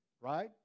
Right